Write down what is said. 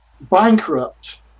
bankrupt